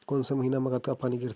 कोन से महीना म कतका पानी गिरथे?